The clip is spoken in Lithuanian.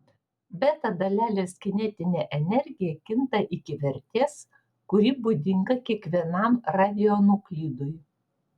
beta dalelės kinetinė energija kinta iki vertės kuri būdinga kiekvienam radionuklidui